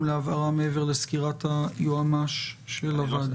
להבהרה מעבר לסקירת היועמ"ש של הוועדה.